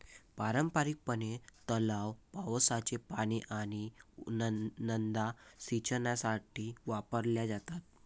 पारंपारिकपणे, तलाव, पावसाचे पाणी आणि नद्या सिंचनासाठी वापरल्या जातात